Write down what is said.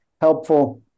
helpful